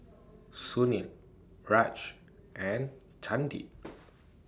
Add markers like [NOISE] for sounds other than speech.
Sunil Raj and Chandi [NOISE]